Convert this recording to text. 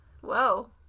whoa